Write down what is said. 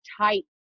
tight